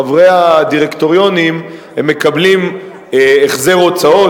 חברי הדירקטוריונים מקבלים החזר הוצאות,